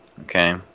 okay